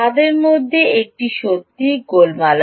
তাদের মধ্যে একটি সত্যিই গোলমাল